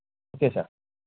okay sir